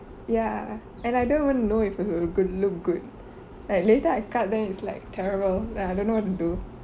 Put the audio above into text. ya and I don't even know if it will good look good like later I cut then is like terrible then I don't know what to do